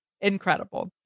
incredible